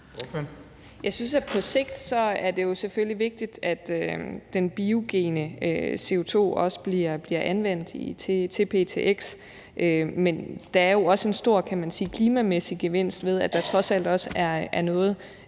Jeg synes, at det på sigt selvfølgelig er vigtigt, at den biogene CO2 også bliver anvendt til ptx, men der er jo også, kan man sige, en stor klimamæssig gevinst ved, at der trods alt også er noget,